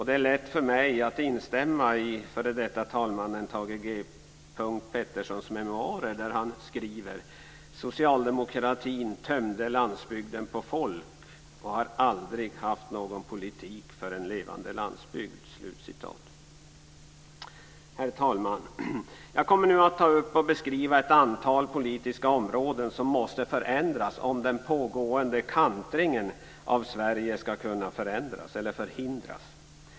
Det är lätt för mig att instämma i vad f.d. talmannen Thage G Peterson skriver i sina memoarer: "Socialdemokratin tömde landsbygden på folk och har aldrig haft någon politik för en levande landsbygd." Herr talman! Jag kommer nu att ta upp och beskriva ett antal politiska områden som måste förändras om den pågående kantringen av Sverige ska kunna förhindras.